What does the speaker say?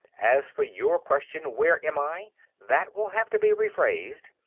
as for your question, where am i that will have to be rephrased.